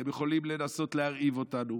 אתם יכולים לנסות להרעיב אותנו,